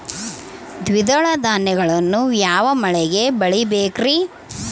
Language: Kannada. ದ್ವಿದಳ ಧಾನ್ಯಗಳನ್ನು ಯಾವ ಮಳೆಗೆ ಬೆಳಿಬೇಕ್ರಿ?